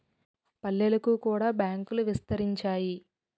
పల్లెలకు కూడా బ్యాంకులు విస్తరించాయి